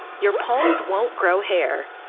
your palms won't grow hair,